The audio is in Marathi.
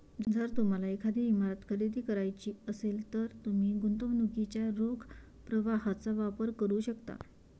जर तुम्हाला एखादी इमारत खरेदी करायची असेल, तर तुम्ही गुंतवणुकीच्या रोख प्रवाहाचा वापर करू शकता